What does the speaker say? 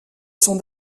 son